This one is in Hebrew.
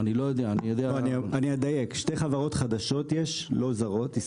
אני אדייק: שתי חברות חדשות ישראליות, לא זרות.